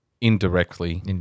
indirectly